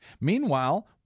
Meanwhile